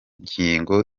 ngingo